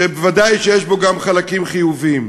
שוודאי שיש בו גם חלקים חיוביים.